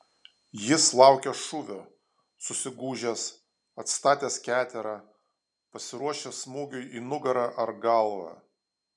jis laukia šūvio susigūžęs atstatęs keterą pasiruošęs smūgiui į nugarą ar galvą